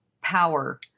power